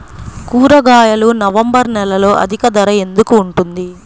కూరగాయలు నవంబర్ నెలలో అధిక ధర ఎందుకు ఉంటుంది?